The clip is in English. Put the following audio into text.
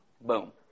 Boom